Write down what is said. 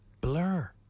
Blur